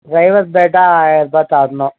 driver batta ஆயிரம் ரூபாய் தரணும்